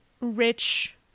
rich